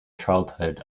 childhood